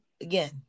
again